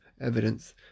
evidence